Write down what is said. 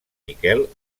miquel